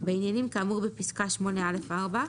בעניינים כאמור בפסקה (8)(א)(4),